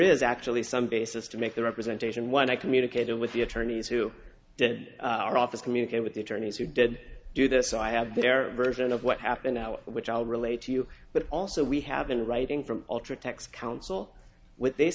is actually some basis to make the representation one i communicated with the attorneys who did our office communicate with the attorneys who did do this so i have their version of what happened which i will relay to you but also we have been writing from ultratech counsel with